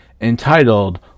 entitled